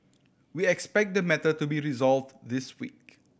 we expect the matter to be resolved this week